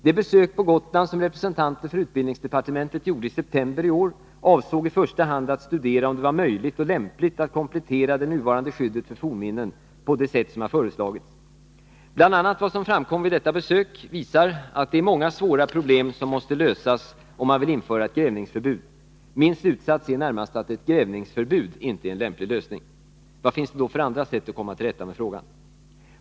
Det besök på Gotland som representanter för utbildningsdepartementet gjorde i september i år avsåg i första hand att studera om det var möjligt och lämpligt att komplettera det nuvarande skyddet för fornminnen på det sätt som hade föreslagits. Bl. a. vad som framkom vid detta besök visar att det är många svåra problem som måste lösas om man vill införa ett grävningsförbud. Min slutsats är närmast att ett grävningsförbud inte är en lämplig lösning. Vad finns det då för andra sätt att komma till rätta med frågan?